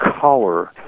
color